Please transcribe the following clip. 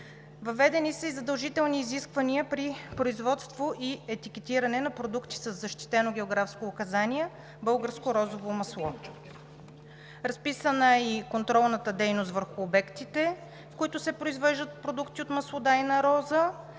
Въведени са и задължителни изисквания при производство и етикетиране на продукти със защитено географско указание „Българско розово масло“. Разписана е и контролната дейност върху обектите, в които се произвеждат продукти от маслодайна роза,